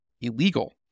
illegal